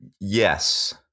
yes